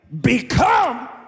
become